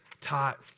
taught